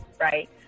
right